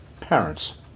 Parents